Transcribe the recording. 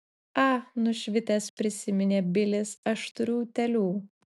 a nušvitęs prisiminė bilis aš turiu utėlių